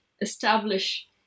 establish